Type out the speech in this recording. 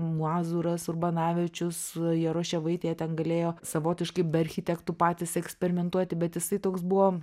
mazūras urbanavičius jaroševaitė jie ten galėjo savotiškai be architektų patys eksperimentuoti bet jisai toks buvo